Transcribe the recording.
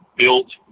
built